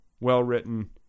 well-written